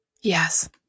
Yes